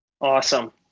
Awesome